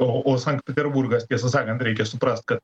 o o sankt peterburgas tiesą sakant reikia suprast kad